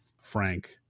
Frank